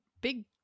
big